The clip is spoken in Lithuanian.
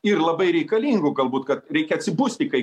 ir labai reikalingų galbūt kad reikia atsibusti kai